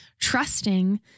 trusting